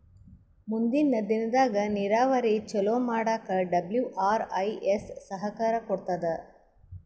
ಮುಂದಿನ್ ದಿನದಾಗ್ ನೀರಾವರಿ ಚೊಲೋ ಮಾಡಕ್ ಡಬ್ಲ್ಯೂ.ಆರ್.ಐ.ಎಸ್ ಸಹಕಾರ್ ಕೊಡ್ತದ್